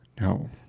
No